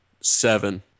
seven